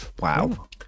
Wow